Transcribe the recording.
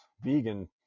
vegan